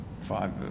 five